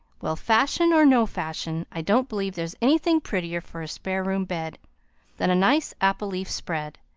well, fashion or no fashion, i don't believe there's anything prettier for a spare-room bed than a nice apple-leaf spread,